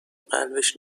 قلبش